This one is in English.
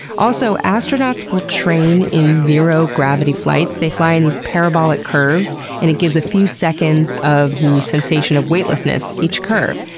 also, astronauts will train in zero-gravity flights. they fly in these parabolic curves and it gives a few seconds of the sensation of weightlessness each curve.